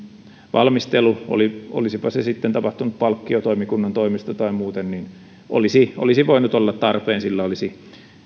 valmistelu olisipa se sitten tapahtunut palkkiotoimikunnan toimesta tai muuten olisi olisi voinut olla tarpeen sillä olisi